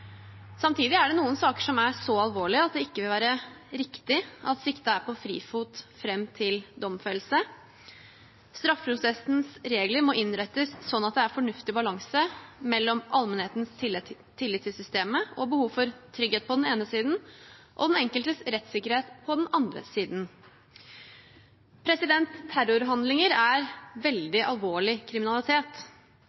Samtidig er det noen saker som er så alvorlige at det ikke vil være riktig at siktede er på frifot fram til domfellelse. Straffeprosessens regler må innrettes sånn at det er fornuftig balanse mellom allmennhetens tillit til systemet og behovet for trygghet, på den ene siden, og den enkeltes rettssikkerhet, på den andre siden. Terrorhandlinger er